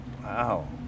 Wow